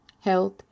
health